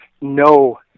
no